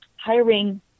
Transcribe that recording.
hiring